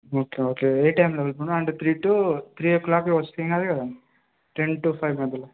okay okay ఏ టైంలో అంటే త్రీ టూ త్రీ ఓ క్లాక్కి వస్తే ఏం కాదు కదా టెన్ టూ ఫైవ్ మధ్యలో